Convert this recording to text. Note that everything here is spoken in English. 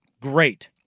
Great